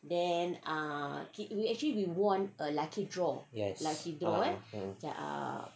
yes